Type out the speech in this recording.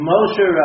Moshe